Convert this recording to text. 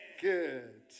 good